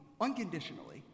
unconditionally